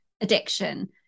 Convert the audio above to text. addiction